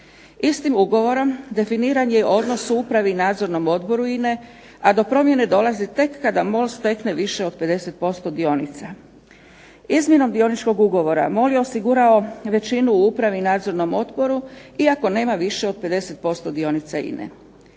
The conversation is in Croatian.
istim ugovorom definiran je odnos u upravi i Nadzornom odboru INA-e a do promjene dolazi tek kada MOL stekne više od 50% dionica. Izmjenom dioničkog ugovora MOL je osigurao većinu u upravi i nadzornom odboru iako nema više od 50% dionica INA-e.